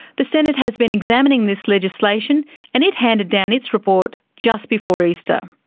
the senate has been examining this legislation and it handed down its report just before easter.